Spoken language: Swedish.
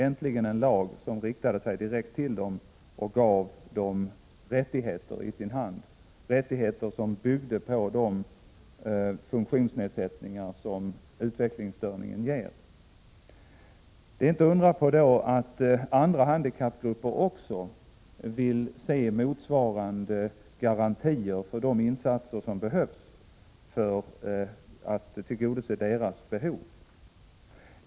Det var en lag som äntligen riktade sig till de utvecklingsstörda och gav dem rättigheter i deras hand, rättigheter som byggde på de funktionsnedsättningar som utvecklingsstörningen ger. Det är inte undra på att andra handikappgrupper också ville se motsvarande garantier för de insatser som behövdes för att tillgodose deras behov.